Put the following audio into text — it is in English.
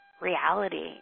reality